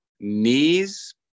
knees